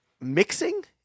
mixing